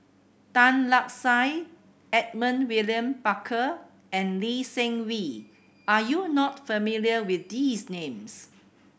Tan Lark Sye Edmund William Barker and Lee Seng Wee are you not familiar with these names